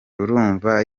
urumva